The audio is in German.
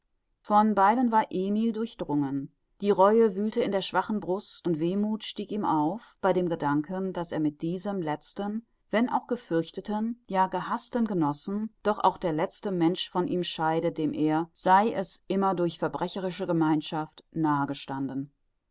von beiden war emil durchdrungen die reue wühlte in der schwachen brust und wehmuth stieg ihm auf bei dem gedanken daß mit diesem letzten wenn auch gefürchteten ja gehaßten genossen doch auch der letzte mensch von ihm scheide dem er sei es immer durch verbrecherische gemeinschaft nahe gestanden